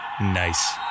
Nice